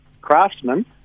craftsmen